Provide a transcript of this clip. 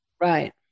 Right